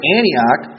Antioch